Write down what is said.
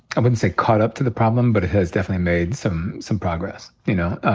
and wouldn't say caught up to the problem, but it has definitely made some some progress, you know?